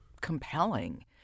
compelling